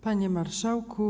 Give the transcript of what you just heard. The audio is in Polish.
Panie Marszałku!